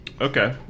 Okay